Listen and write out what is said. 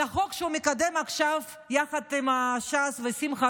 על החוק שהוא מקדם עכשיו יחד עם ש"ס ושמחה